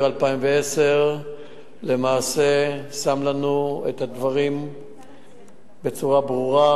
2010 למעשה שם לנו את הדברים בצורה ברורה,